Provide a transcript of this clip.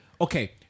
Okay